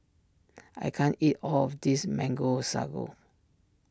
I can't eat all of this Mango Sago